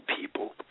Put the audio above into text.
people